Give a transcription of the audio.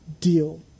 deal